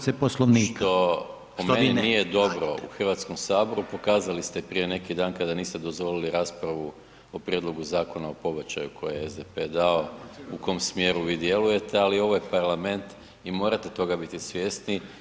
što po meni nije dobro u Hrvatskom saboru, pokazali ste prije neki dan kada niste dozvolili raspravu o Prijedlogu Zakona o pobačaju koji je SDP dao, u kom smjeru vi djelujete ali ovo je parlament i morate toga biti svjesni…